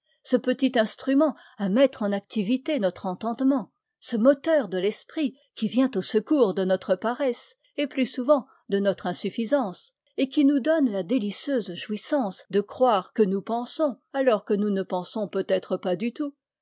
ce petit instrument à mettre en activité notre entendement ce moteur de l'esprit qui vient au secours de notre paresse et plus souvent de notre insuffisance et qui nous donne la délicieuse jouissance de croire que nous pensons alors que nous ne pensons peut-être pas du tout